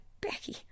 Becky